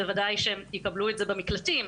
אז בוודאי שהם יקבלו את זה במקלטים,